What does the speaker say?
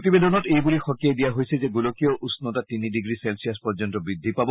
প্ৰতিবেদনখনত এইবুলি সকিয়াই দিয়া হৈছে যে গোলকীয় উষ্ণতা তিনি ডিগ্ৰী চেলছিয়াছ পৰ্যন্ত বৃদ্ধি পাব